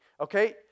okay